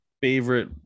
favorite